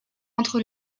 entre